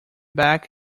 back